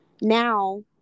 now